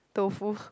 tofu